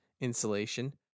insulation